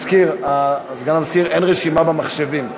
סגן המזכירה, אין רשימה במחשבים.